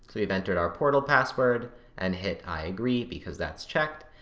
we've entered our portal password and hit, i agree, because that's checked,